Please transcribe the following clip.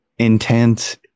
intense